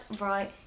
right